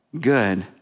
Good